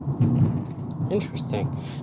Interesting